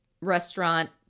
restaurant